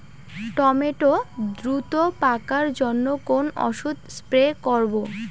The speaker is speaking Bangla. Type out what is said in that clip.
টমেটো দ্রুত পাকার জন্য কোন ওষুধ স্প্রে করব?